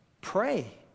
pray